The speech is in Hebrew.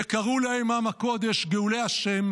וקראו להם עם הקֹּדש גאולי ה'